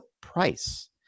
price